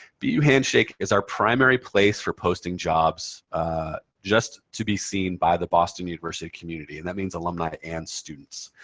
bu handshake is our primary place for posting jobs just to be seen by the boston university community. and that means alumni and students.